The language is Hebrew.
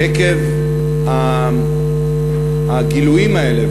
עקב הגילויים האלה,